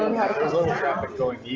traffic going?